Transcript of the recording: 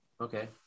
okay